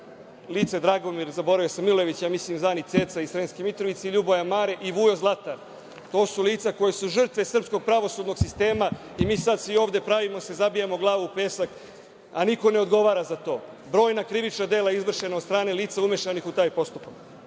lice Dragomir, zaboravio sam, mislim da je Milojević zvani Ceca iz Sremske Mitrovice, Ljuboja Mare i Vujo Zlatar. To su lica koja su žrtve srpskog pravosudnog sistema i mi se sada ovde svi pravimo, zabijamo glavu u pesak, a niko ne odgovara za to, brojna krivična dela izvršena od strane lica umešanih u taj postupak,